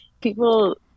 people